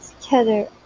together